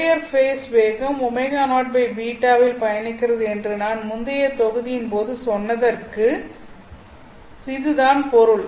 carrier phase வேகம் ω0 β இல் பயணிக்கிறது என்று நான் முந்தைய தொகுதியின் போது சொன்னதற்கு இதுதான் பொருள்